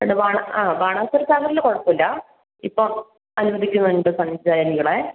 അല്ല ബാണ അ ബാണാസുര സാഗറില് കുഴപ്പമില്ല ഇപ്പം അനുവദിക്കുന്നുണ്ട് സഞ്ചാരികളെ